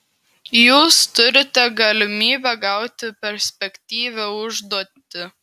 jūs turite galimybę gauti perspektyvią užduoti